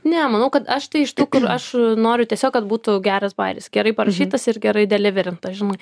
ne manau kad aš tai iš tikrųjų aš noriu tiesiog kad būtų geras bajeris gerai parašytas ir gerai deliverintas žinai